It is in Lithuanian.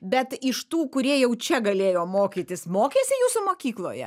bet iš tų kurie jau čia galėjo mokytis mokėsi jūsų mokykloje